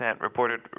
reported